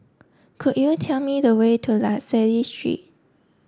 could you tell me the way to La Salle Street